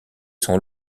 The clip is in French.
sont